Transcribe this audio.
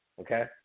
okay